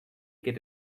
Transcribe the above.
get